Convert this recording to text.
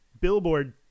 billboard